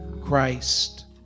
christ